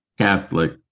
Catholic